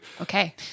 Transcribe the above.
Okay